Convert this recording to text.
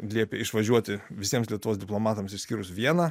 liepė išvažiuoti visiems lietuvos diplomatams išskyrus vieną